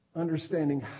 understanding